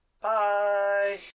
Bye